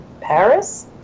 Paris